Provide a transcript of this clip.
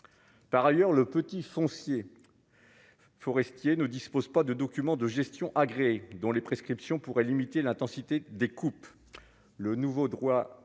par ailleurs, le petit foncier. Forestiers ne dispose pas de documents de gestion agréés dont les prescriptions pourrait limiter l'intensité des coupes, le nouveau droit